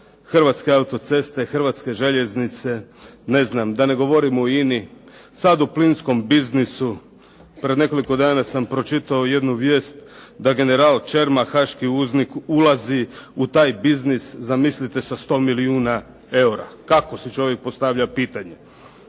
"Hrvatske autoceste", "Hrvatske željeznice", ne znam, da ne govorim o INA-i sad u plinskom biznisu. Pred nekoliko sam pročitao jednu vijest da general Čermak haški uznik ulazi u taj biznis zamislite sa 100 milijuna eura. Kako si čovjek postavlja pitanje.